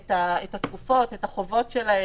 את התקופות, את החובות שלהם.